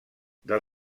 del